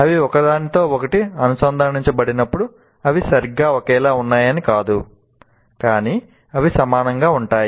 అవి ఒకదానితో ఒకటి అనుసంధానించబడినప్పుడు అవి సరిగ్గా ఒకేలా ఉన్నాయని కాదు కానీ అవి సమానంగా ఉంటాయి